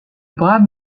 brave